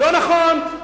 לא נכון,